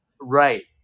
Right